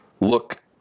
look